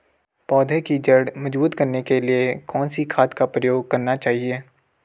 पौधें की जड़ मजबूत करने के लिए कौन सी खाद का प्रयोग करना चाहिए?